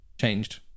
changed